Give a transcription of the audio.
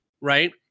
right